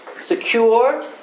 secure